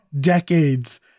decades